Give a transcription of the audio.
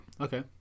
Okay